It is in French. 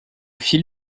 fil